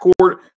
court